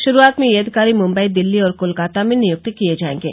शुरूआत में यह अधिकारी मुंबई दिल्ली और कोलकाता में नियुक्त किए जाएंगे